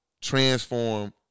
transform